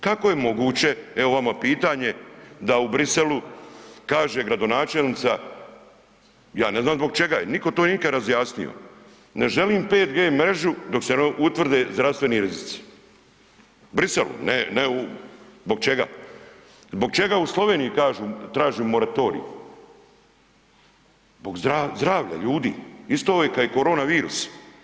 Kako je moguće, evo vama pitanje, da u Bruxellesu kaže gradonačelnica, ja ne znam zbog čega je, nitko to nikada razjasnio, ne želim 5G mrežu dok se ne utvrde zdravstveni rizici, Bruxellesu, ne u, zbog čega, zbog čega u Sloveniji kažu tražimo moratorij, zbog zdravlja ljudi, isto ka i korona virus.